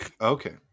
okay